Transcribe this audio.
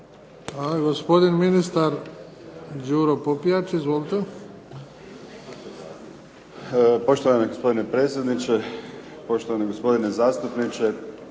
Gospodin ministar Đuro Popijač. Izvolite. **Popijač, Đuro** Poštovani gospodine predsjedniče, poštovani gospodine zastupniče.